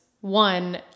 one